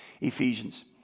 Ephesians